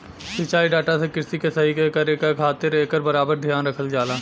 सिंचाई डाटा से कृषि के सही से करे क खातिर एकर बराबर धियान रखल जाला